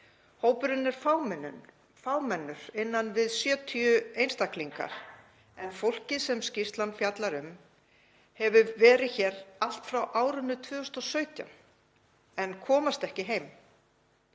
Hópurinn er fámennur, innan við 70 einstaklingar, en fólkið sem skýrslan fjallar um hefur verið hér allt frá árinu 2017 en kemst ekki heim,